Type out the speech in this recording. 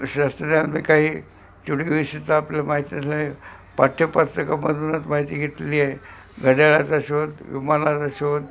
काही तर आपल्या माहिती पाठ्यपुस्तकामधूनच माहिती घेतली आहे घड्याळाचा शोध विमानाचा शोध